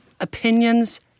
opinions